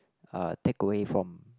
uh takeaway from